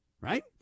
Right